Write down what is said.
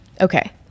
Okay